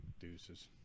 Deuces